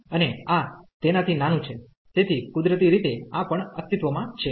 અને આ તેનાથી નાનું છે તેથી કુદરતી રીતે આ પણ અસ્તિત્વમાં છે